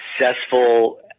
successful